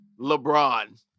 LeBron